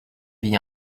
vit